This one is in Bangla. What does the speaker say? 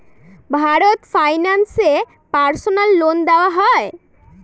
ভারত ফাইন্যান্স এ পার্সোনাল লোন দেওয়া হয়?